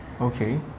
Okay